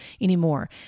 anymore